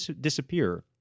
disappear